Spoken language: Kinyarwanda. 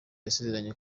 yasezeranye